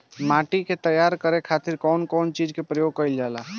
माटी के तैयार करे खातिर कउन कउन चीज के प्रयोग कइल जाला?